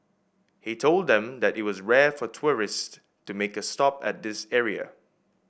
he told them that it was rare for tourists to make a stop at this area